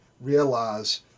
realize